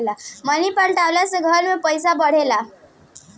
मनी plant लागवे से घर में पईसा के बढ़ेला